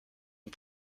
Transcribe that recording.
une